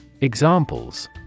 Examples